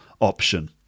option